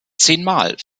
zehnmal